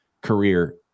career